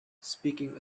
speaking